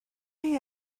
chi